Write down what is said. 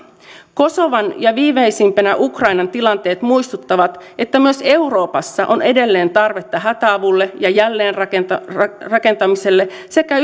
kosovon ja viimeisimpänä ukrainan tilanteet muistuttavat että myös euroopassa on edelleen tarvetta hätäavulle ja jälleenrakentamiselle jälleenrakentamiselle sekä